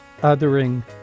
Othering